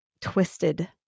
twisted